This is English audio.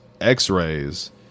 x-rays